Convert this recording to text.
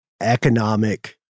economic